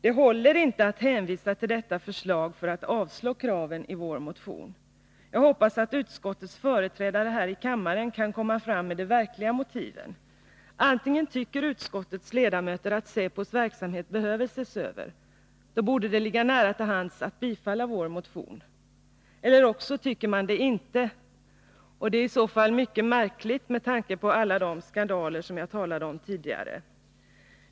Det håller inte att hänvisa till detta förslag för att avslå kraven i vår motion. Jag hoppas att utskottets företrädare här i kammaren kan komma fram med de verkliga motiven. Antingen tycker utskottets ledamöter att säpos verksamhet behöver ses över, och då borde det ligga nära till hands att bifalla vår motion, eller också tycker man det inte — och det är i så fall mycket märkligt, med tanke på alla de skandaler som jag talade om tidigare.